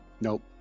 nope